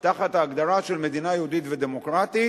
תחת ההגדרה של מדינה יהודית ודמוקרטית,